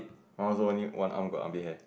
my one also only one arm got armpit hair